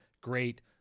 great